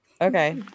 Okay